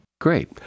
Great